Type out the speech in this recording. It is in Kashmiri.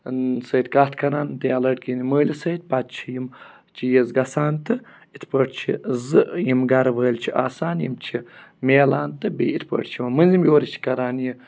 سۭتۍ کَتھ کَران تہٕ یا لٔڑکی ہِنٛدۍ مٲلِس سۭتۍ پَتہٕ چھِ یِم چیٖز گژھان تہٕ یِتھ پٲٹھۍ چھِ زٕ یِم گَرٕوٲلۍ چھِ آسان یِم چھِ مِلان تہٕ بیٚیہِ اِتھ پٲٹھۍ چھِ یِوان مٔنٛزِم یور چھِ کَران یہِ